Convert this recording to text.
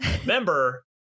remember